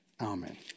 Amen